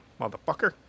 motherfucker